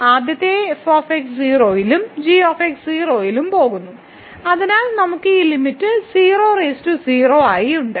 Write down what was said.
ആദ്യത്തേത് f 0 ലും g 0 ലും പോകുന്നു അതിനാൽ നമുക്ക് ഈ ലിമിറ്റ് 00 ആയി ഉണ്ട്